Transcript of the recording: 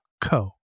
co